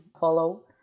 follow